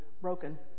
broken